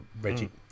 Reggie